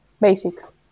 Basics